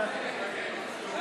לא